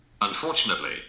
Unfortunately